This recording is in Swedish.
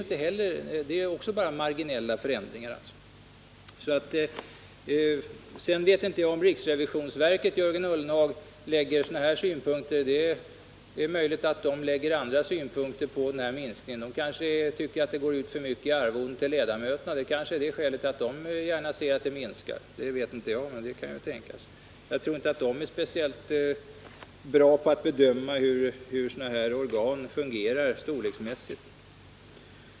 Det är ju bara en marginell förändring. Jag vet inte, Jörgen Ullenhag, om riksrevisionsverket anlägger sådana synpunkter på minskningen. Det är möjligt att man anlägger andra synpunkter. Kanske tycker man att för mycket pengar satsas på arvoden till ledamöterna, och därför kanske man gärna ser att en minskning sker — jag vet inte, men det kan ju tänkas. Jag tror inte att de är speciellt bra på att bedöma hur sådana här organ fungerar storleksmässigt.